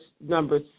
number